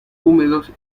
húmedos